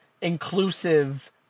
inclusive